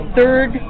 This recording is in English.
third